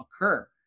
occur